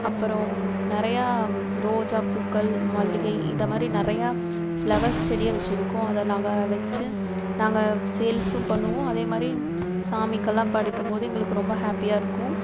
அப்புறம் நிறையா ரோஜாப்பூக்கள் மல்லிகை இதை மாதிரி நிறையா ஃபிளவர்ஸ் செடியாக வெச்சுருக்கோம் அதை நாங்கள் வெச்சு நாங்கள் சேல்ஸும் பண்ணுவோம் அதேமாதிரி சாமிக்கெல்லாம் படைக்கும் போது எங்களுக்கு ரொம்ப ஹாப்பியாகருக்கும்